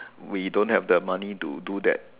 we don't have the money to do that